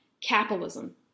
capitalism